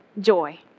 joy